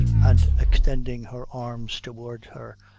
and extending her arms towards her,